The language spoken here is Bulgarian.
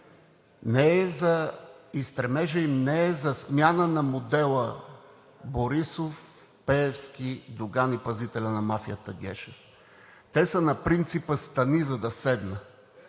и стремежът им не е за смяна на модела Борисов – Пеевски – Доган и пазителят на мафията Гешев. Те са на принципа „стани, за да седна“.